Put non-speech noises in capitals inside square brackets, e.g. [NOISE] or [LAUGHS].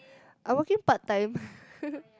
I'm working part time [LAUGHS]